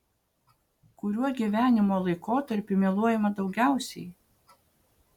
kuriuo gyvenimo laikotarpiu meluojama daugiausiai